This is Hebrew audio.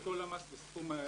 --- אשכול למ"ס וסכום הגביה.